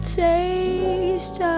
taste